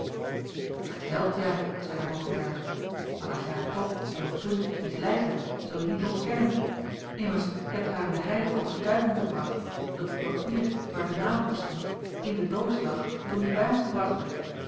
verteld ja zeide hoogenberg maar dat je haar toch op een punt misleid hebt zulje niet ontkennen immers je hebt haar in de heilige overtuiging gebracht dat het papier waar de naam op stond in de doos lag toen die bij ons gebracht werd